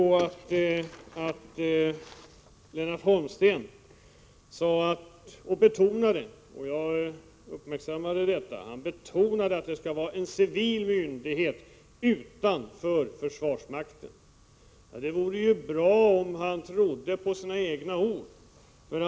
Lennart Holmsten betonade — jag uppmärksammade det — att det skall vara en civil myndighet utanför försvarsmåkten. Det vore bra om han trodde på sina egna ord.